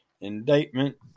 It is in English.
indictment